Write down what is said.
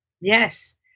Yes